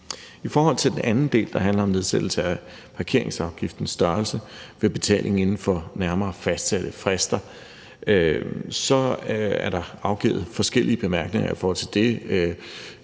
I forhold til den anden del, der handler om nedsættelse af parkeringsafgiftens størrelse ved betaling inden for nærmere fastsatte frister, er der afgivet forskellige bemærkninger. Venstre siger,